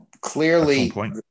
Clearly